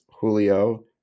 Julio